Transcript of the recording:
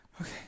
Okay